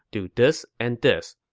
do this and this.